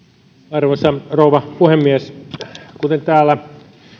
arvoisa rouva puhemies kuten täällä